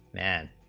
and